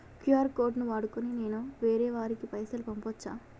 QR code ను వాడుకొని నేను వేరే వారికి పైసలు పంపచ్చా?